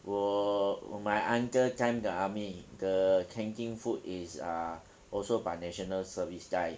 我 my uncle time the army the canteen food is uh also by national service guy